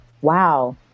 Wow